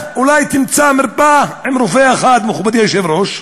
אולי תמצא מרפאה עם רופא אחד, מכובדי היושב-ראש.